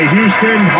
Houston